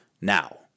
Now